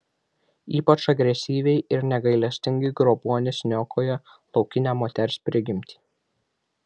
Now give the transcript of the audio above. ypač agresyviai ir negailestingai grobuonis niokoja laukinę moters prigimtį